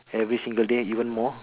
every single day even more